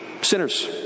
Sinners